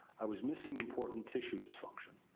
i was missing important tissue dysfunction.